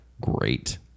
great